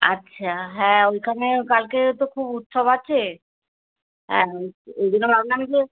আচ্ছা হ্যাঁ ওইখানে কালকে তো খুব উৎসব আছে হ্যাঁ ওই জন্য আপনাম যে